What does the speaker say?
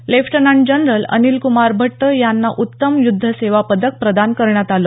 lieutenant general Anil Kumar Bhatt यांना उत्तम युद्ध सेवा पदक प्रदान करण्यात आलं